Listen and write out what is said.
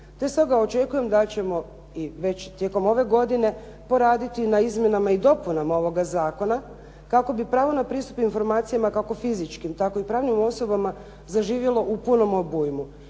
Te stoga očekujem da ćemo i tijekom ove godine poraditi na izmjenama i dopunama ovog zakona kako bi pravo na pristup informacijama kako fizičkim tako i pravnim osobama zaživjelo u punom obujmu.